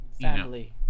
family